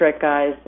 guys